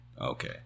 Okay